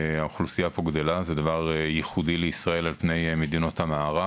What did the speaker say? זה דבר ייחודי לישראל על פני מדינות המערב